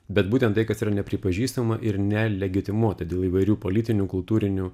bet būtent tai kas yra nepripažįstama ir ne legitimuota dėl įvairių politinių kultūrinių